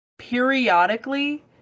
periodically